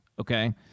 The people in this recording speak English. okay